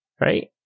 right